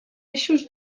eixos